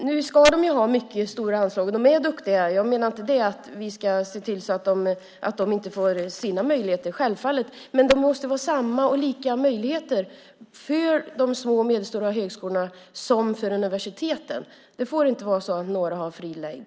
Nu ska de ha mycket stora anslag. De är duktiga. Jag menar inte att vi ska se till så att de inte får sina möjligheter, självfallet inte. Men det måste bli samma och lika möjligheter för de små och medelstora högskolorna som för universiteten. Det får inte vara så att några har fri lejd.